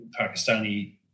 Pakistani